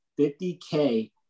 50K